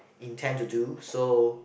intend to do so